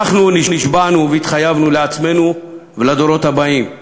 אנחנו נשבענו והתחייבנו לעצמנו ולדורות הבאים: